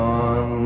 on